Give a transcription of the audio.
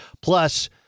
Plus